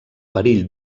perill